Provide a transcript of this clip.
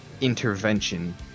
Intervention